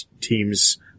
teams